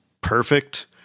perfect